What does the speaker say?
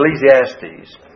Ecclesiastes